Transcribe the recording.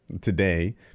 today